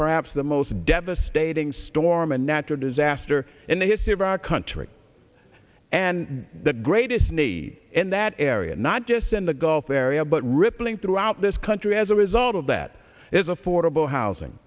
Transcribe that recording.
perhaps the most devastating storm a natural disaster in the history of our country and the greatest need in that area not just in the gulf area but rippling throughout this country as a result of that i